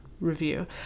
review